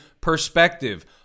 perspective